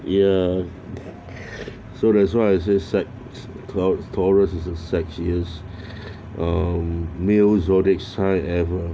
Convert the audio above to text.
ya so as long as a side clouds taurus is a sex years um mail zodiac sign ever